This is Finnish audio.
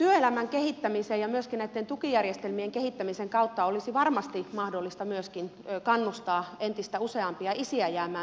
työelämän kehittämisen ja myöskin näitten tukijärjestelmien kehittämisen kautta olisi varmasti mahdollista myöskin kannustaa entistä useampia isiä jäämään perhevapaalle